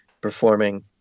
performing